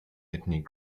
ethnic